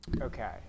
Okay